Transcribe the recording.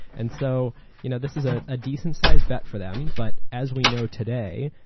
and so you know this is a ah decent-sized bet for them, but as we know today,